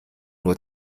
nur